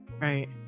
Right